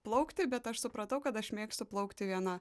plaukti bet aš supratau kad aš mėgstu plaukti viena